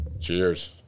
Cheers